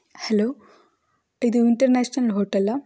hello ಇದು international ಹೋಟೆಲ್ಲಾ